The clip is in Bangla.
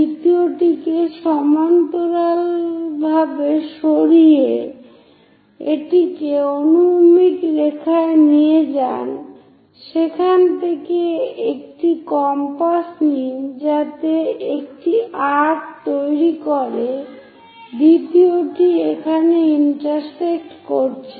2 কে সমান্তরালভাবে সরিয়ে এটিকে অনুভূমিক রেখায় নিয়ে যান সেখান থেকে একটি কম্পাস নিন যাতে একটি আর্ক্ তৈরি করে দ্বিতীয়টি এখানে ইন্টারসেক্ট করছে